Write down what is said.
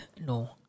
no